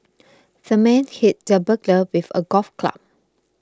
the man hit the burglar with a golf club